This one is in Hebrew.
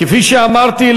כפי שאמרתי,